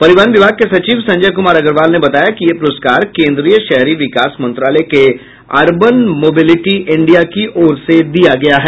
परिवहन विभाग के सचिव संजय कुमार अग्रवाल ने बताया कि यह पुरस्कार केंद्रीय शहरी विकास मंत्रालय के अर्बन मोबेटिली इंडिया की ओर से दिया गया है